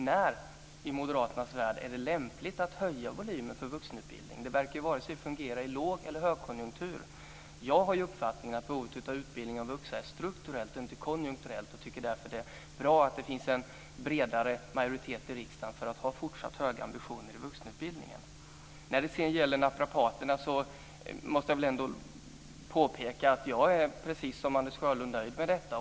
När i moderaternas värld är det lämpligt att höja volymen för vuxenutbildningen? Det verkar varken fungera i låg eller högkonjunktur. Jag har uppfattningen att behovet av utbildning av vuxna är strukturellt, inte konjunkturellt. Jag tycker därför att det är bra att det finns en bredare majoritet i riksdagen för att ha fortsatt höga ambitioner i vuxenutbildningen. Sedan var det naprapaterna. Jag är, precis som Anders Sjölund, nöjd med detta.